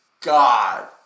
God